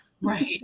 Right